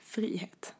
Frihet